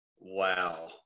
Wow